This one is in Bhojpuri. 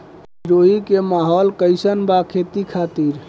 सिरोही के माहौल कईसन बा खेती खातिर?